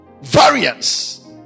Variance